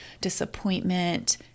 disappointment